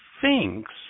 thinks